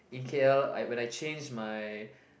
in K_L I when I change my